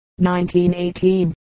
1918